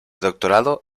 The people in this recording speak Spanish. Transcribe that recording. doctorado